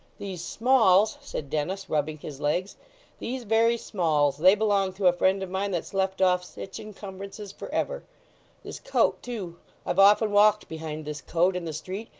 these smalls said dennis, rubbing his legs these very smalls they belonged to a friend of mine that's left off sich incumbrances for ever this coat too i've often walked behind this coat, in the street,